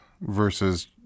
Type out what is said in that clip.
versus